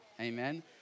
Amen